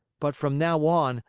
but from now on,